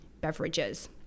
beverages